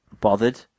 bothered